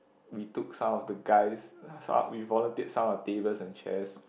we took some of the guys so we volunteered some of our tables and chairs